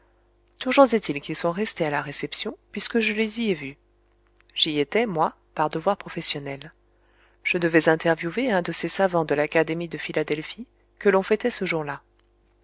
toujours est-il qu'ils sont restés à la réception puisque je les y ai vus j'y étais moi par devoir professionnel je devais interviewer un de ces savants de l'académie de philadelphie que l'on fêtait ce jour-là